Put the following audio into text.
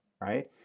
right